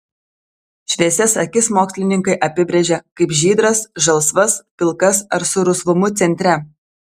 šviesias akis mokslininkai apibrėžia kaip žydras žalsvas pilkas ar su rusvumu centre